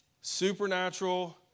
Supernatural